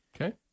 Okay